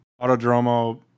Autodromo